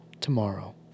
tomorrow